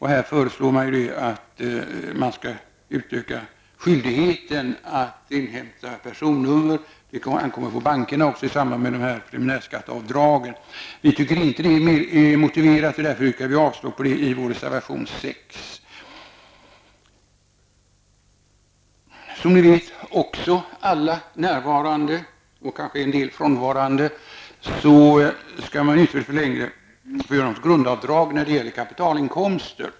Här föreslås att man skall utöka skyldigheten att inhämta personnummer. Det kommer också att ankomma på bankerna i samband med preliminärskatteavdraget. Vi tycker inte att det är motiverat, och därför yrkar vi avslag på detta i vår reservation nr 6. Som alla närvarande vet, och kanske en del frånvarande, skall man inte längre få göra något grundavdrag när det gäller kapitalinkomster.